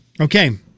Okay